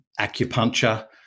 acupuncture